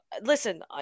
Listen